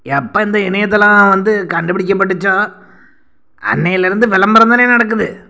எப்போ இந்த இணையதளம் வந்து கண்டுபிடிக்கப்பட்டுச்சோ அன்னையிலருந்து விளம்பரம் தானே நடக்குது